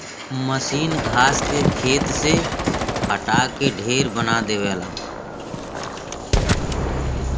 मसीन घास के खेत से हटा के ढेर बना देवला